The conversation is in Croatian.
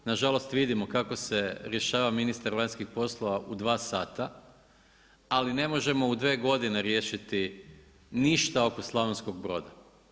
Na žalost vidimo kako se rješava ministar vanjskih poslova u dva sata, ali ne možemo u dve godine riješiti ništa oko Slavonskog Broda.